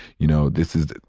you know, this is,